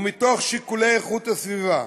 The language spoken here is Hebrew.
ומתוך שיקולי איכות הסביבה,